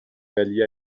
ولی